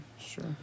Sure